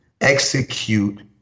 execute